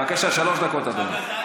בבקשה, שלוש דקות, אדוני.